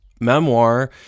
memoir